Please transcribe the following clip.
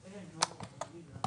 החקלאים.